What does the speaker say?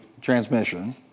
transmission